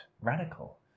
radical